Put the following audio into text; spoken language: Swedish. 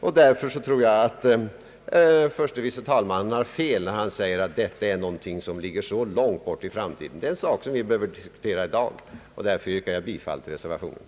Jag anser därför att herr förste vice talmannen har fel när han säger att detta ligger så långt bort i framtiden. Det är en fråga som vi behöver diskutera i dag, och jag yrkar därför bifall till reservationen.